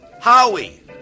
Howie